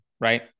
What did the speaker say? Right